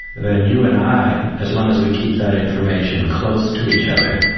then you and i as long as we keep that information close to each other,